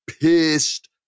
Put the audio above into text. pissed